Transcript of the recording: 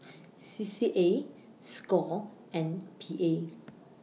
C C A SCORE and P A